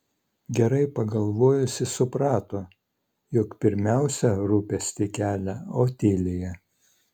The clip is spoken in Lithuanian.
gerai pagalvojusi suprato jog pirmiausia rūpestį kelia otilija